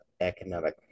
economic